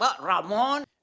Ramon